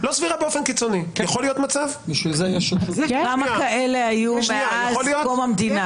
החילו את זה גם על החלטות בעניין העמדה